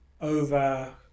over